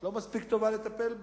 את לא מספיק טובה כדי לטפל בי.